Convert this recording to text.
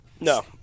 No